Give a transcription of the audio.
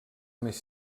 més